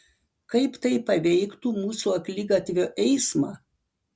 kaip tai paveiktų mūsų akligatvio eismą